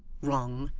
wrong,